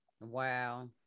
wow